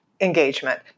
engagement